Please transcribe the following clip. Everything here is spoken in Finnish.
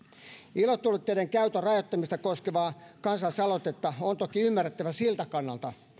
ilotulitteiden käytön rajoittamista koskevaa kansalaisaloitetta on toki ymmärrettävä siltä kannalta